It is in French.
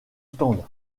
stand